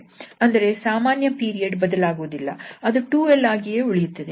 ಆದರೆ ಸಾಮಾನ್ಯ ಪೀರಿಯಡ್ ಬದಲಾಗುವುದಿಲ್ಲ ಅದು 2𝑙 ಆಗಿಯೇ ಉಳಿಯುತ್ತದೆ